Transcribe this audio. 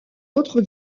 autre